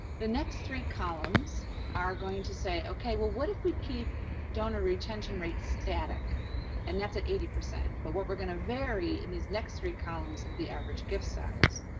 the next three columns are going to say, okay, well what if we keep donor retention rates static and that's at eighty percent. but what we're gonna vary in these next three columns the average gift size.